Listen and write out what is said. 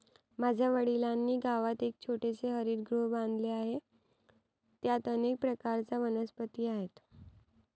माझ्या वडिलांनी गावात एक छोटेसे हरितगृह बांधले आहे, त्यात अनेक प्रकारच्या वनस्पती आहेत